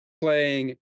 playing